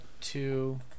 two